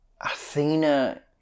Athena